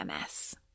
MS